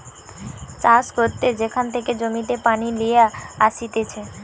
চাষ করতে যেখান থেকে জমিতে পানি লিয়ে আসতিছে